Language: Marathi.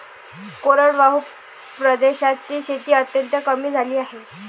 कोरडवाहू प्रदेशातील शेती अत्यंत कमी झाली आहे